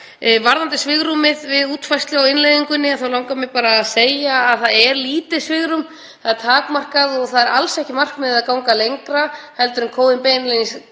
Varðandi svigrúmið við útfærslu á innleiðingunni þá langar mig bara að segja að það er lítið svigrúm, það er takmarkað, og það er alls ekki markmiðið að ganga lengra en Kóðinn beinlínis